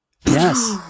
yes